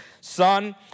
Son